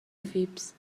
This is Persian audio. فیبز